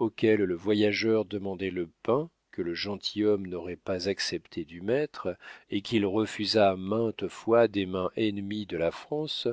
auquel le voyageur demandait le pain que le gentilhomme n'aurait pas accepté du maître et qu'il refusa maintes fois des mains ennemies de la france